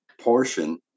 portion